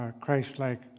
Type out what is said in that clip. Christ-like